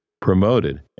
promoted